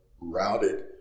routed